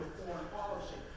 foreign policy.